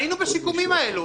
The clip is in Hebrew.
היינו בשיקומים האלה.